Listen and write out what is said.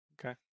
Okay